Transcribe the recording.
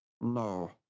No